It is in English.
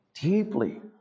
deeply